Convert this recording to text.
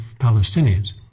Palestinians